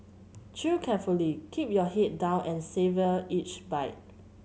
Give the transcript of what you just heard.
chew carefully keep your head down and savour each bite